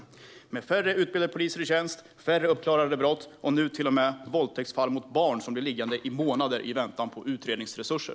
Det är nu färre utbildade poliser i tjänst och färre uppklarade brott, och nu ligger till och med våldtäktsfall mot barn i månader i väntan på utredningsresurser.